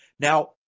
Now